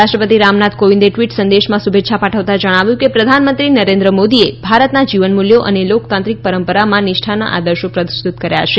રાષ્ટ્રપતિ રામનાથ કોવિંદે ટ્વીટ સંદેશમાં શુભેચ્છા પાઠવતા જણાવ્યું કે પ્રધાનમંત્રી નરેન્દ્ર મોદીએ ભારતના જીવનમૂલ્યો અને લોકતાંત્રિક પરંપરામાં નિષ્ઠાનો આદર્શ પ્રસ્તુત કર્યા છે